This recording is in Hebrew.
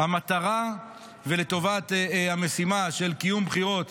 המטרה ולטובת המשימה של קיום בחירות